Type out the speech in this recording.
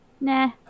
nah